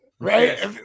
right